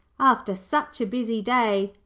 after such a busy day,